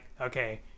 okay